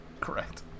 Correct